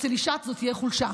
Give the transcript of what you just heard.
ואצל אישה זאת תהיה חולשה.